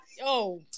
Yo